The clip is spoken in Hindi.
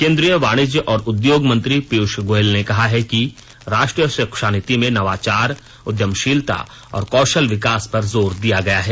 केंद्रीय वाणिज्य और उद्योग मंत्री पीयूष गोयल ने कहा है कि राष्ट्रीय शिक्षा नीति में नवाचार उद्यमशीलता और कौशल विकास पर जोर दिया गया है